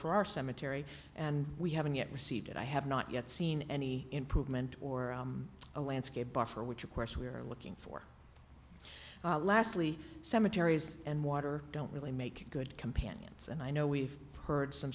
for our cemetery and we haven't yet received it i have not yet seen any improvement or a landscape buffer which of course we are looking for lastly cemeteries and water don't really make good companions and i know we've heard some